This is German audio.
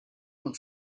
und